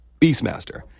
Beastmaster